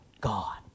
God